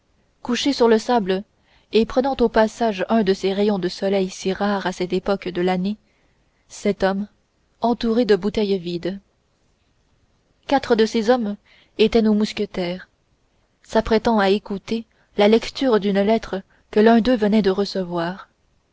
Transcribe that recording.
couchés sur le sable et prenant au passage un de ces rayons de soleil si rares à cette époque de l'année sept hommes entourés de bouteilles vides quatre de ces hommes étaient nos mousquetaires s'apprêtant à écouter la lecture d'une lettre que l'un d'eux venait de recevoir